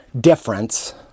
difference